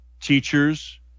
teachers